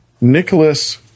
Nicholas